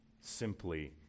simply